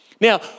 Now